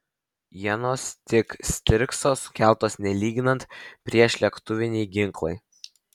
ienos tik stirkso sukeltos nelyginant priešlėktuviniai ginklai